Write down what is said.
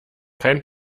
kein